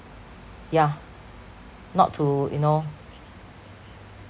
yeah not to you know